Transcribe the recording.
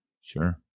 Sure